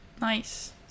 nice